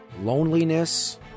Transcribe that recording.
loneliness